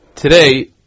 Today